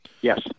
Yes